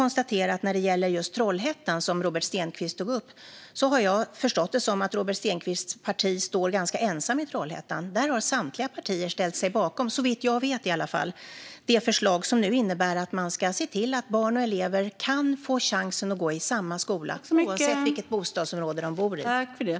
När det gäller just Trollhättan, som Robert Stenkvist tog upp, har jag förstått det som att Robert Stenkvists parti där står ganska ensamt. Där har samtliga partier, såvitt jag vet i alla fall, ställt sig bakom det förslag som innebär att man nu ska se till att barn och elever kan få chansen att gå i samma skola oavsett vilket bostadsområde de bor i.